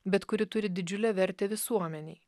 bet kuri turi didžiulę vertę visuomenei